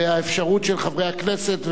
והאפשרות של חברי הכנסת,